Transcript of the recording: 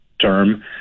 term